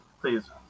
please